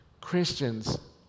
Christians